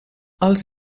els